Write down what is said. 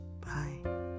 Bye